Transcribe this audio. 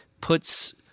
puts